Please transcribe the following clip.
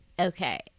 Okay